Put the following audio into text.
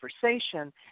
conversation